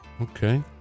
Okay